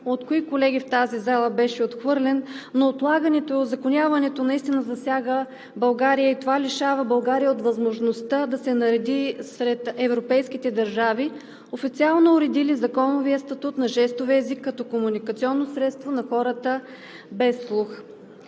от кои колеги в тази зала беше отхвърлен, но отлагането му и узаконяването му наистина засяга България и я лишава от възможността да се нареди сред европейските държави, официално уредили законовия статут на жестовия език като комуникационно средство на хората без слух.